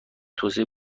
توسعه